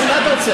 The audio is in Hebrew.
נו, מה אתה רוצה?